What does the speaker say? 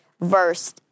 verse